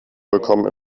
bekommen